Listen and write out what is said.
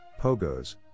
POGOs